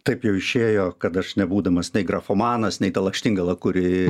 taip jau išėjo kad aš nebūdamas nei grafomanas nei ta lakštingala kuri